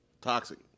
Toxic